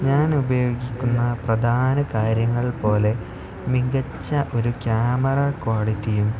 ഞാൻ ഉപയോഗിക്കുന്ന പ്രധാന കാര്യങ്ങൾ പോലെ മികച്ച ഒരു ക്യാമറ ക്വാളിറ്റിയും